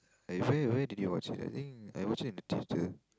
where where did you watch it I think I watched it in the theater